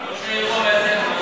ראש העיר פה ביציע,